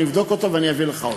אני אבדוק אותו ואני אביא לך אותו.